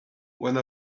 one